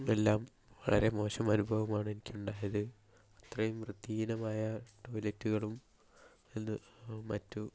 എല്ലാം വളരെ മോശം അനുഭവമാണ് എനിക്കുണ്ടായത് ഇത്രയും വൃത്തിഹീനമായ ടൊയ്ലറ്റുകളും അത് മറ്റും